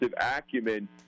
acumen